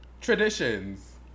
Traditions